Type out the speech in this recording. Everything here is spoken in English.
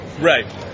Right